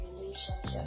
relationship